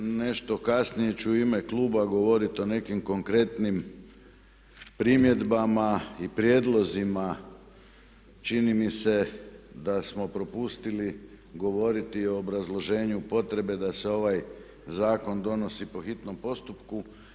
Nešto kasnije ću u ime kluba govoriti o nekim konkretnim primjedbama i prijedlozima, čini mi se da smo propustili o obrazloženju potrebe da se ovaj Zakon donosi po hitnom postupku.